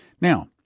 Now